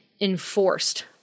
enforced